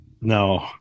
no